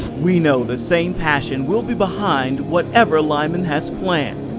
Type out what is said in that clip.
we know the same passion will be behind whatever lyman has planned.